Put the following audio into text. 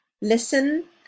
Listen